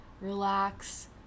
relax